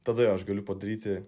tada jo aš galiu padaryti